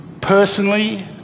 personally